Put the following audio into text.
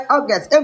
August